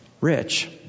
rich